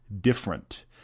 different